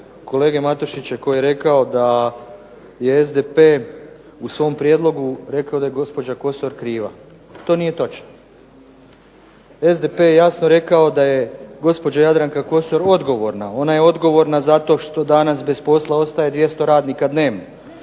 kolege Matušića koji je rekao da je SDP u svom prijedlogu rekao da je gospođa Kosor kriva. To nije točno. SDP je jasno rekao da je gospođa Jadranka Kosor odgovorna, ona je odgovorna zato što danas bez posla ostaje 200 radnika dnevno.